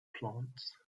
plants